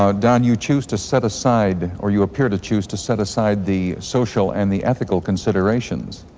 ah don, you choose to set aside, or you appear to choose to set aside the social and the ethical considerations.